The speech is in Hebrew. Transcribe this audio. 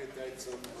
מה עם להבין את העצות?